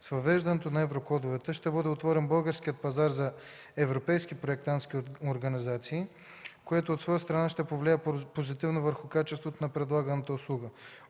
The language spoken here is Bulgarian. С въвеждането на еврокодовете ще бъде отворен българският пазар за европейски проектантски организации, което от своя страна ще повлияе позитивно върху качеството на предлаганата услуга.